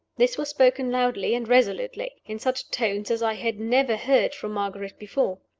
this was spoken loudly and resolutely in such tones as i had never heard from margaret before.